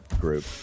group